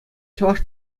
чӑваш